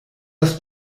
das